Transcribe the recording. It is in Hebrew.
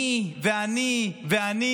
אני ואני ואני.